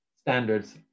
standards